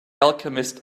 alchemist